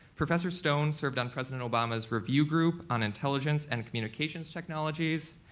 professor stone served on president obama's review group on intelligence and communications technologies.